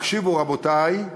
הקשיבו, רבותי,